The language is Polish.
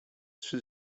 trzy